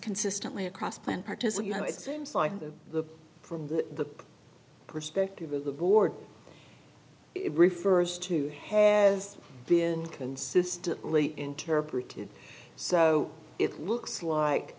consistently across plan participants it seems like the from the perspective of the board it refers to has been consistently interpreted so it looks like